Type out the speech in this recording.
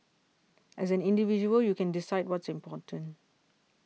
as an individual you can decide what's important